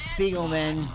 Spiegelman